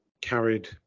carried